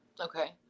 okay